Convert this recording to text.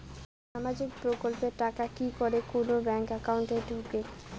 সামাজিক প্রকল্পের টাকা কি যে কুনো ব্যাংক একাউন্টে ঢুকে?